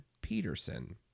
Peterson